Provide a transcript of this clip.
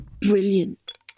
Brilliant